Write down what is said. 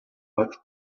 but